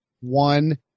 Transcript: one